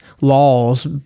laws